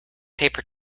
paper